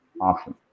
option